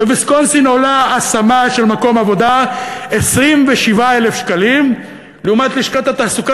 בוויסקונסין עולה השמה במקום עבודה 27,000 שקלים לעומת לשכת התעסוקה,